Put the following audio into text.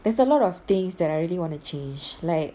there's a lot of things that I really want to change like